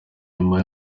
nyuma